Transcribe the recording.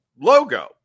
logo